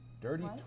Dirty